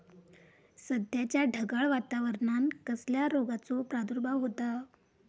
सध्याच्या ढगाळ वातावरणान कसल्या रोगाचो प्रादुर्भाव होता?